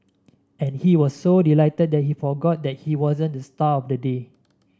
and he was so delighted that he forgot that he wasn't the star of the day